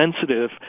sensitive